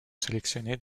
sélectionnées